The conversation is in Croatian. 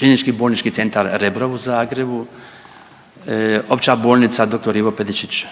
Sisak, korisnik je KBC Rebro u Zagrebu, Opća bolnica dr. Ivo Pedišić